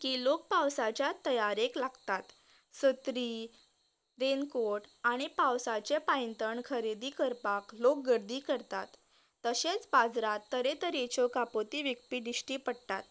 की लोक पावसाच्या तयारेक लागतात सत्री रेनकोट आनी पावसाचे पांयतण खरेदी करपाक लोक गर्दी करतात तशेंच बाजारांत तरेतरेच्यो कापोती विकपी दिश्टी पडटात